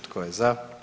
Tko je za?